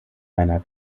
einer